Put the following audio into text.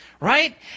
Right